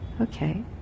Okay